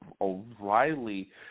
O'Reilly